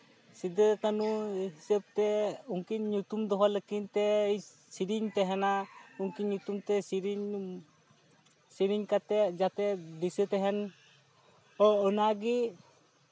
ᱥᱤᱫᱩ ᱠᱟᱱᱩ ᱦᱤᱥᱟᱹᱵᱛᱮ ᱩᱱᱠᱤᱱ ᱧᱩᱛᱩᱢ ᱫᱚᱦᱚ ᱞᱮᱠᱤᱱ ᱛᱮ ᱥᱮᱨᱮᱧ ᱛᱮᱦᱮᱱᱟ ᱩᱱᱠᱤᱱ ᱧᱩᱛᱩᱢ ᱛᱮ ᱥᱮᱨᱮᱧ ᱥᱮᱨᱮᱧ ᱠᱟᱛᱮ ᱡᱟᱛᱮ ᱫᱤᱥᱟᱹ ᱛᱟᱦᱮᱱ ᱚ ᱚᱱᱟᱜᱮ